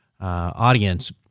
audience